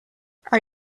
are